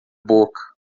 boca